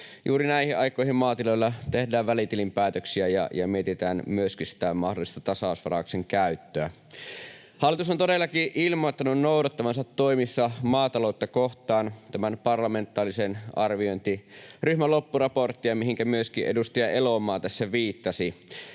juuri näihin aikoihin maatiloilla tehdään välitilinpäätöksiä ja mietitään myöskin sitä mahdollista tasausvarauksen käyttöä. Hallitus on todellakin ilmoittanut noudattavansa toimissaan maataloutta kohtaan tämän parlamentaarisen arviointiryhmän loppuraporttia, mihinkä myöskin edustaja Elomaa tässä viittasi,